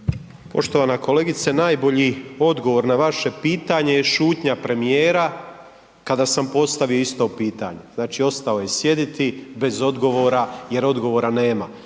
Poštovana kolegice, najbolji odgovor na vaše pitanje je šutnja premijera kada sam postavio isto pitanje, znači ostao je sjediti bez odgovora jer odgovora nema.